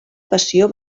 passió